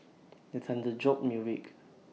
the thunder jolt me awake